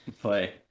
play